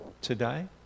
today